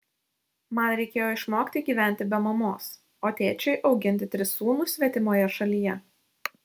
man reikėjo išmokti gyventi be mamos o tėčiui auginti tris sūnus svetimoje šalyje